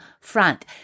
front